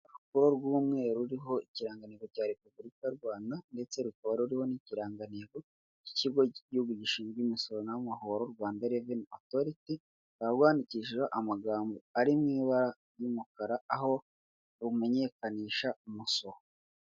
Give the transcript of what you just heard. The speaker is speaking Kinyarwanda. Urupapuro rw'umweru ruriho ikiranganigo cya repubulika y' u rwanda, ndetse rukaba ruriho n'ikiran cy'ikigo cy'igihugu gishinzwe imisoro n'amahoro rwanda reveni otoriti rukaba rwandikishijeho amagambo ari mu ibara ry'umukara aho rumenyekanisha umusoro.